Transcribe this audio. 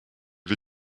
wir